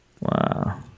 Wow